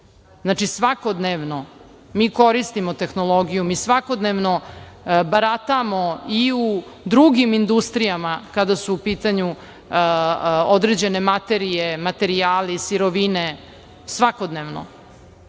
se. Svakodnevno mi koristimo tehnologiju, mi svakodnevno baratamo i u drugim industrijama, kada su u pitanju određene materije, materijali, sirovine, svakodnevno. Izvlače